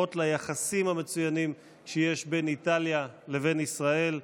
היא אות ליחסים המצוינים שיש בין איטליה לבין ישראל.